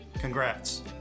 Congrats